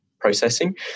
processing